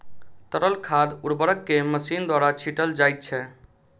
तरल खाद उर्वरक के मशीन द्वारा छीटल जाइत छै